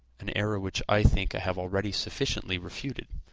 an error which i think i have already sufficiently refuted,